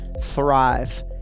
thrive